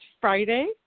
Friday